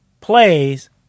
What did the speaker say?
plays